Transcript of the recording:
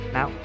Now